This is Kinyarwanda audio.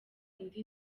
indi